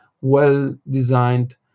well-designed